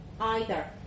either